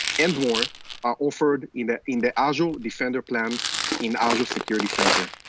and more are offered in ah in the azure defender plans in azure security center.